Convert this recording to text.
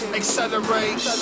accelerate